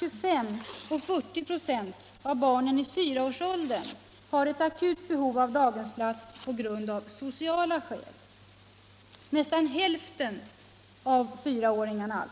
25 och 40 96 av barnen i fyraårsåldern har ett akut behov av daghemsplats på grund av sociala skäl, alltså nästan hälften av fyraåringarna.